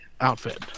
outfit